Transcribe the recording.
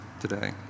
today